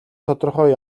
тодорхой